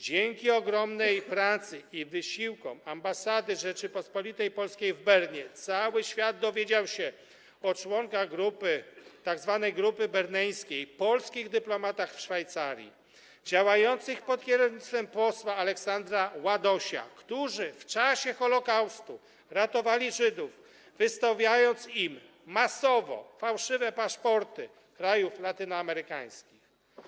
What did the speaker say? Dzięki ogromnej pracy i wysiłkom Ambasady Rzeczypospolitej Polskiej w Bernie cały świat dowiedział się o członkach tzw. grupy berneńskiej, polskich dyplomatach w Szwajcarii działających pod kierownictwem posła Aleksandra Ładosia, którzy w czasie Holokaustu ratowali Żydów, wystawiając im masowo fałszywe paszporty krajów latynoamerykańskich.